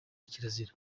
kirazira